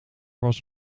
was